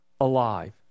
alive